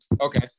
Okay